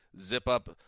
zip-up